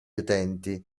utenti